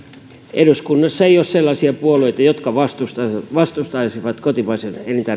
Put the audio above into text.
eduskunnassa ei ole sellaisia puolueita jotka vastustaisivat vastustaisivat kotimaista